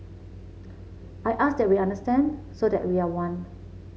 I ask that we understand so that we are one